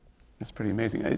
that's pretty amazing.